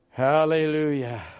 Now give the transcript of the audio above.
Hallelujah